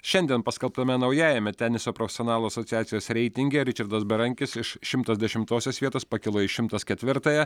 šiandien paskelbtame naujajame teniso profesionalų asociacijos reitinge ričardas berankis iš šimtas dešimtosios vietos pakilo į šimtas ketvirtąją